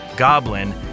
Goblin